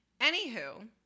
anywho